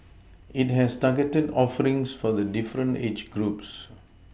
it has targeted offerings for the different age groups